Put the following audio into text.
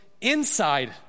inside